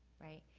right?